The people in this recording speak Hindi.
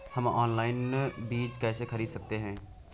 हम ऑनलाइन बीज कैसे खरीद सकते हैं?